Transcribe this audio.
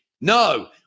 No